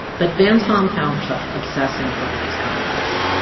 but van's mom found herself obsessing over these comments.